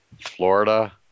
Florida